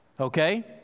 Okay